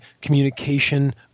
communication